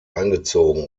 eingezogen